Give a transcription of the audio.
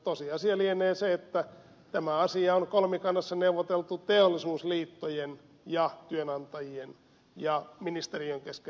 tosiasia lienee se että tämä asia on kolmikannassa neuvoteltu teollisuusliittojen ja työnantajien ja ministeriön kesken